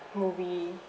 movie